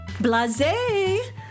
Blase